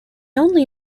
only